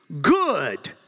good